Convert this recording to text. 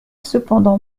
cependant